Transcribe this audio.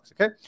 okay